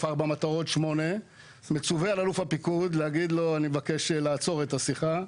ארבע מטרות 8. מצווה על אלוף הפיקוד להגיד לו: אני מבקש לעצור את השיחה.